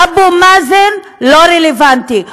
אבו מאזן לא רלוונטי,